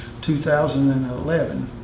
2011